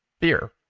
beer